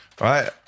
Right